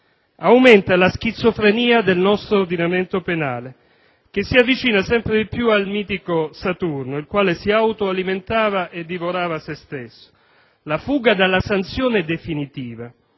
aumenta la schizofrenia del nostro ordinamento penale, che si avvicina sempre più al mitico Saturno che si autoalimentava e divorava sé stesso. La fuga dalla sanzione definitiva,